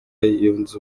yunze